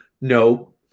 No